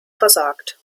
versagt